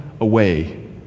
away